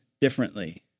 differently